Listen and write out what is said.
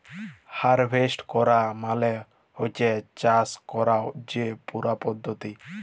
harvest ক্যরা মালে হছে চাষ ক্যরার যে পুরা পদ্ধতি